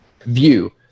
view